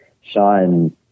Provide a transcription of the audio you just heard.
Sean